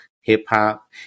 hip-hop